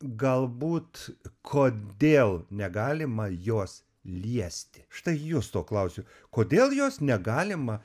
galbūt kodėl negalima jos liesti štai justo klausiu kodėl jos negalima